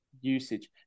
usage